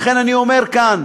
ולכן אני אומר כאן: